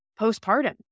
postpartum